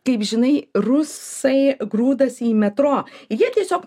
kaip žinai rusai grūdasi į metro jie tiesiog